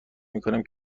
میکنم